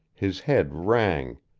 his head rang,